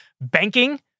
banking